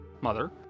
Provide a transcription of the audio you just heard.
mother